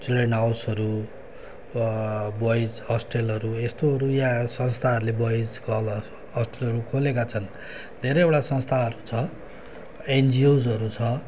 children हाउसहरू boys हस्टेलहरू यस्तोहरू यहाँ संस्थाहरूले बोइज गर्ल हस्टेलहरू खोलेका छन् धेरैवटा संस्थाहरू छ एनजिओजहरू छ